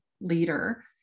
leader